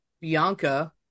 Bianca